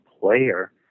player